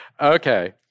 Okay